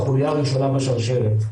או חוליה הראשונה בשרשרת.